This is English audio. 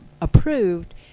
approved